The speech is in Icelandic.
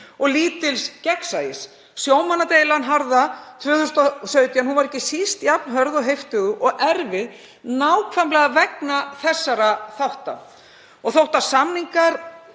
og lítils gegnsæis. Sjómannadeilan harða 2017 var ekki síst jafn hörð og heiftug og erfið nákvæmlega vegna þessara þátta. Og þótt samningar